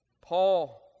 Paul